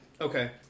Okay